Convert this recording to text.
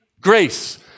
grace